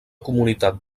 comunitat